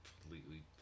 completely